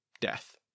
Death